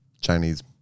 Chinese